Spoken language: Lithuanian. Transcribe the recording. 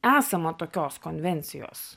esama tokios konvencijos